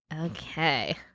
Okay